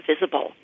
visible